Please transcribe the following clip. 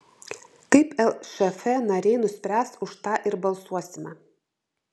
kaip lšf nariai nuspręs už tą ir balsuosime